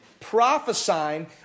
prophesying